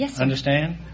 understand